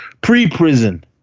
Pre-prison